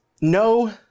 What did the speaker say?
No